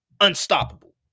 unstoppable